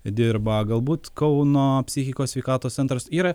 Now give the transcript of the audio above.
dirba galbūt kauno psichikos sveikatos centras yra